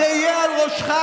זה יהיה על ראשך,